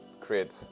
create